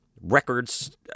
records